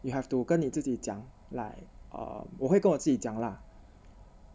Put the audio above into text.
you have to 跟你自己讲 like orh 我会跟我自己讲 lah